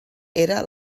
era